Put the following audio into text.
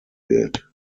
wird